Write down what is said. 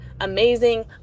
amazing